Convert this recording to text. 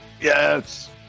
yes